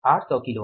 800 kilo